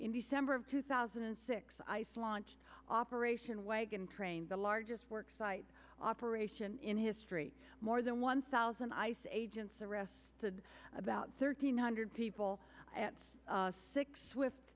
in december of two thousand and six ice launched operation wagon train the largest work site operation in history more than one thousand ice agents arrested about thirteen hundred people at six wi